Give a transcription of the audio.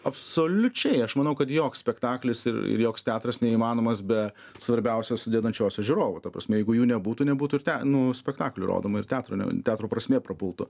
absoliučiai aš manau kad joks spektaklis ir joks teatras neįmanomas be svarbiausios sudedančios žiūrovų ta prasme jeigu jų nebūtų nebūtų ir te spektaklių rodomų ir teatro ne teatro prasmė prapultų